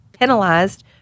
penalized